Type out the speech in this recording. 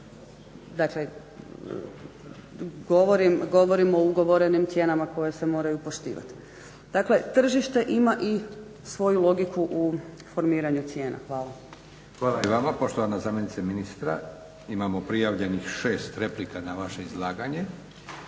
dakle govorim o ugovorenim cijenama koje se moraju poštivati. Dakle tržište imaju i svoju logiku u formiranju cijena. Hvala. **Leko, Josip (SDP)** Hvala i vama poštovana zamjenice ministra. Imamo prijavljenih 6 replika na vaše izlaganje.